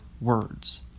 words